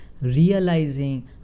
realizing